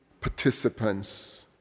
participants